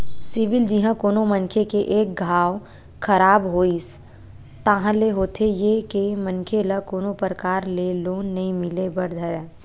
CIBIL जिहाँ कोनो मनखे के एक घांव खराब होइस ताहले होथे ये के मनखे ल कोनो परकार ले लोन नइ मिले बर धरय